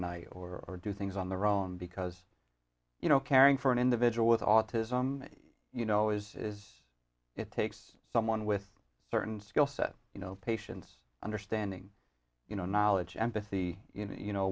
night or do things on the wrong because you know caring for an individual with autism you know is it takes someone with a certain skill set you know patience understanding you know knowledge empathy you know